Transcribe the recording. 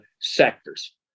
sectors